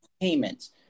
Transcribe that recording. payments